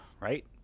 right